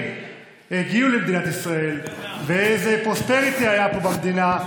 הגיעו למדינת ישראל ואיזה פרוספריטי היה פה במדינה,